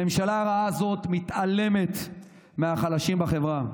הממשלה הרעה הזאת מתעלמת מהחלשים בחברה.